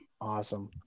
Awesome